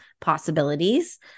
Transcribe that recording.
possibilities